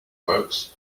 folks